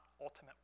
ultimate